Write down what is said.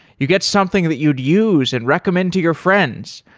you get something that you'd use and recommend to your friends.